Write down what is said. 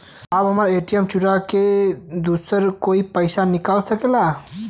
साहब हमार ए.टी.एम चूरा के दूसर कोई पैसा निकाल सकेला?